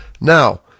Now